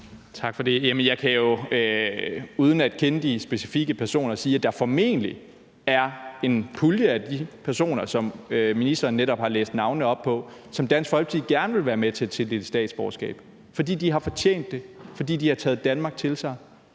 Tak for det. Jeg kan jo uden at kende de specifikke personer sige, at der formentlig er en pulje af de personer, som ministeren netop har læst navnene op på, som Dansk Folkeparti gerne vil være med til at tildele statsborgerskab, fordi de har fortjent det, fordi de har taget Danmark til sig.